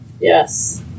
Yes